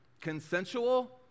Consensual